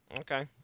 Okay